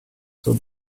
zur